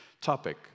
topic